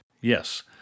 Yes